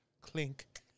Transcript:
Clink